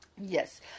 Yes